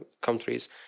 countries